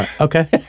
Okay